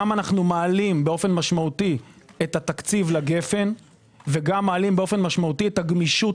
גם אנו מעלים משמעותית את התקציב לגפן וגם מעלים משמעותית את הגמישות